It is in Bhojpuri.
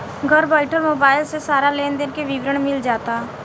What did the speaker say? घर बइठल मोबाइल से सारा लेन देन के विवरण मिल जाता